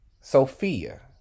Sophia